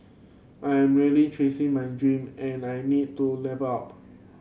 I am really chasing my dream and I need to level up